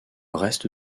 reste